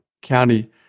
County